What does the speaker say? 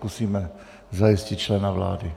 Zkusíme zajistit člena vlády.